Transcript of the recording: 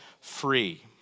free